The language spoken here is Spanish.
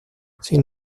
sin